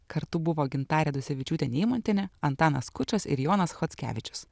kartu buvo gintarė dusevičiūtė neimontienė antanas skučas ir jonas chockevičius